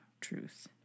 truth